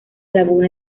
laguna